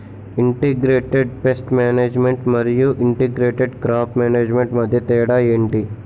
integrated pest management మరియు integrated crop management మధ్య తేడా ఏంటి